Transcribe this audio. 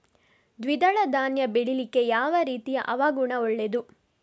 ದ್ವಿದಳ ಧಾನ್ಯ ಬೆಳೀಲಿಕ್ಕೆ ಯಾವ ರೀತಿಯ ಹವಾಗುಣ ಒಳ್ಳೆದು?